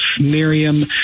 Miriam